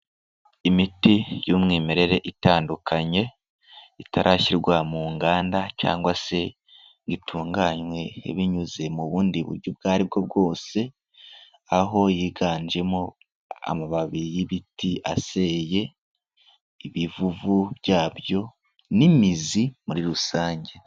Imiti y'umwimerere itandukanye, itarashyirwa mu nganda cyangwa se ngo itunganywe binyuze mu bundi buryo ubwo aribwo bwose, aho yiganjemo amababi y'ibiti aseye, ibivuvu byabyo n'imizi muri rusange.